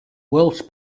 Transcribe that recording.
welsh